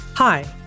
Hi